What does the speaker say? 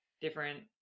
different